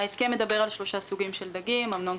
ההסכם מדבר על שלושה סוגים של דגים: אמנון,